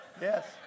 Yes